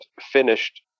finished